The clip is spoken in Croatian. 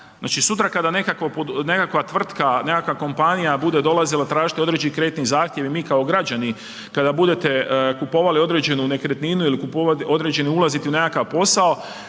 sutra kada nekakva tvrtka, nekakva kompanija bude dolazila tražiti određeni kreditni zahtjev i mi kao građani, kada budete kupovali određenu nekretninu ili odlaziti u nekakav posao,